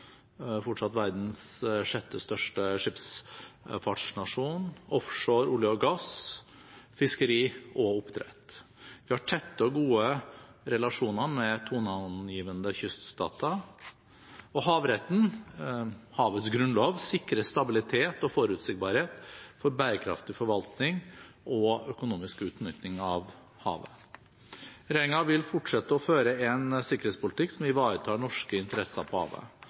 fortsatt verdens sjette største skipsfartsnasjon – offshore olje og gass, fiskeri og oppdrett. Vi har tette og gode relasjoner med toneangivende kyststater, og havretten, havets grunnlov, sikrer stabilitet og forutsigbarhet for bærekraftig forvaltning og økonomisk utnytting av havet. Regjeringen vil fortsette å føre en sikkerhetspolitikk som ivaretar norske interesser på havet.